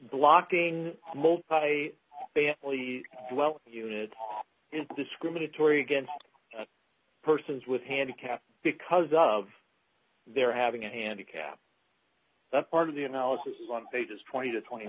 blocking a well unit in discriminatory against persons with handicaps because of their having a handicap that part of the analysis is on pages twenty to twenty